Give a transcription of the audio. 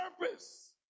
purpose